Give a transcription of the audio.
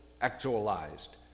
actualized